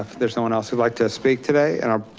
there's no one else who'd like to speak today and i'll